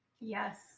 Yes